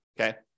okay